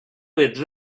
with